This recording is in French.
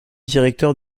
directeur